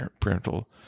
parental